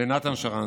לנתן שרנסקי?